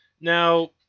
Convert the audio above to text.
Now